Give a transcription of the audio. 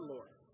Lord